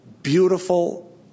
beautiful